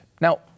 Now